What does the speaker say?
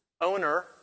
owner